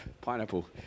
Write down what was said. pineapple